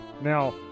Now